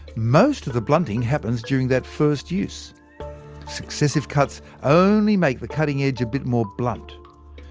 most of the blunting happens during that first use successive cuts only make the cutting edge a bit more blunt.